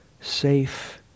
safe